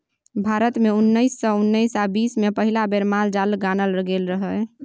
भारत मे उन्नैस सय उन्नैस आ बीस मे पहिल बेर माल जाल गानल गेल रहय